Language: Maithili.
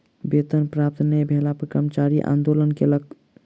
वेतन प्राप्त नै भेला पर कर्मचारी आंदोलन कयलक